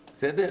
בסדר.